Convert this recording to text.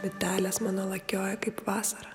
bitelės mano lakioja kaip vasarą